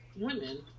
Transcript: women